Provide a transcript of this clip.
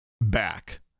back